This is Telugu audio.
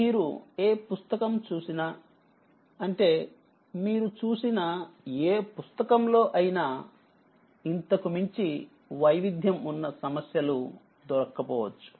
మీరుఏ పుస్తకం చూసినా అంటే మీరు చూసిన ఏ పుస్తకం లో అయినా ఇంతకు మించి వైవిధ్యం ఉన్న సమస్యలు దొరక్కపోవచ్చు